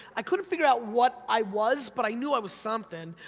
i couldn't figure out what i was, but i knew i was somethin',